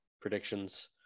predictions